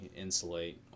insulate